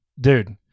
Dude